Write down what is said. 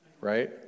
Right